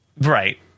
right